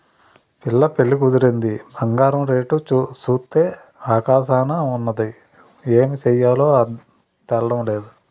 పిల్ల పెళ్లి కుదిరింది బంగారం రేటు సూత్తే ఆకాశంలోన ఉన్నాది ఏమి సెయ్యాలో తెల్డం నేదు